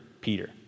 Peter